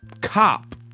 cop